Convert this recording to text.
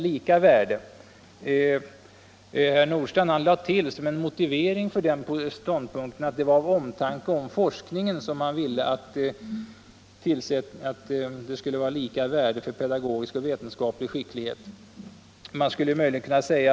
Herr Nordstrandh tillade som en motivering till den ståndpunkten att det var av omtanke om forskningen som man ville att vetenskaplig och pedagogisk skicklighet skulle tillmätas lika värde.